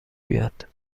بیاد